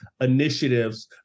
initiatives